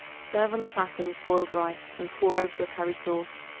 serve on a platter with boiled rice and pour over a curry sauce.